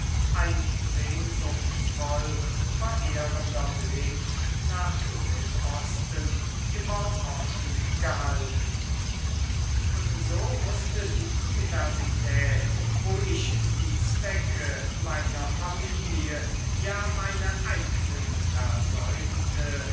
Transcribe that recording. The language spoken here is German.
ein sehnsuchtsvoll verehrender blick nach südosten immer offen gehalten und so mußte die universität wo ich die zwecke meiner familie ja meine eignen versäumte